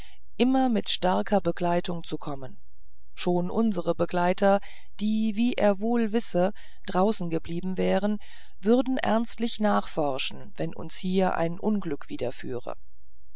immer mit starker begleitung zu kommen schon unsere begleiter die wie er wohl wisse draußen geblieben wären würden ernstlich nachforschen wenn uns hier ein unglück